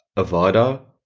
avada,